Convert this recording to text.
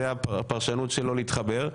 זאת הפרשות שלך לא להתחבר.